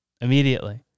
immediately